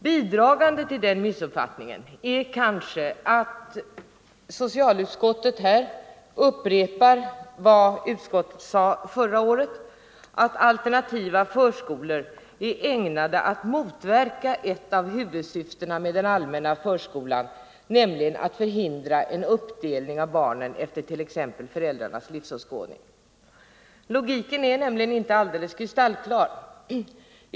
Bidragande till den missuppfattningen är kanske att socialutskottet här upprepar vad utskottet sade förra året: att alternativa förskolor är ägnade att motverka ett av huvudsyftena med den allmänna förskolan, Nr 129 nämligen att förhindra en uppdelning av barnen efter t.ex. föräldrarnas Onsdagen den livsåskådning. Logiken är inte alldeles kristallklar.